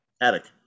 Attic